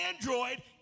Android